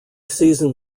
season